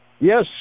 Yes